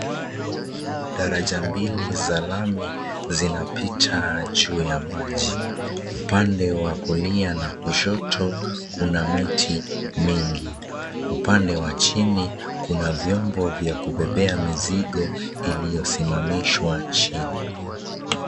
Daraja mbili za lami, zinapita juu ya maji. Upande wa kulia na kushoto, kuna miti mingi. Upande wa chini, kuna vyombo vya kubebea mizigo iliyosimamishwa chini.